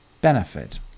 benefit